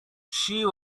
she